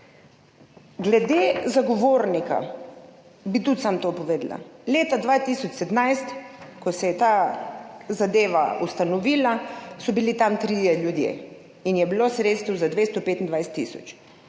Glede zagovornika bi tudi samo to povedala – leta 2017, ko se je ta zadeva ustanovila, so bili tam trije ljudje in je bilo sredstev za 225 tisoč,